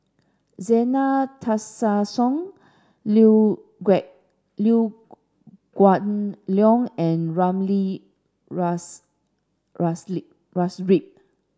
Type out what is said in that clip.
Zena Tessensohn Liew Liew Geok Leong and Ramli Sarip